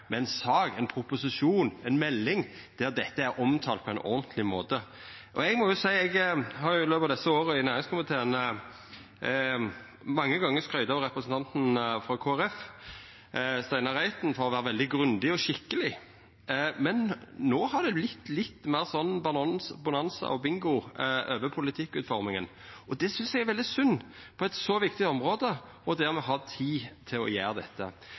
ein til Stortinget med ei sak, ein proposisjon, ei melding der dette er omtalt på ein ordentleg måte. I løpet av desse åra i næringskomiteen har eg mange gonger skrytt av representanten frå Kristeleg Folkeparti, Steinar Reiten, for å vera veldig grundig og skikkeleg. Men no har det vorte litt meir bonanza og bingo over politikkutforminga. Det synest eg er veldig synd på eit så viktig område, og der me har tid til å gjera dette.